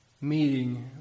meeting